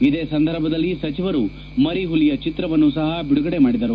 ಇದೇ ಸಂದರ್ಭದಲ್ಲಿ ಸಚಿವರು ಮರಿ ಪುಲಿಯ ಚಿತ್ರವನ್ನು ಸಪ ಬಿಡುಗಡೆ ಮಾಡಿದರು